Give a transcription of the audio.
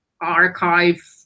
archive